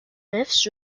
myths